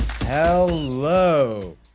Hello